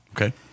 Okay